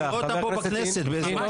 אני רואה אותם פה בכנסת --- תרבויות.